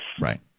Right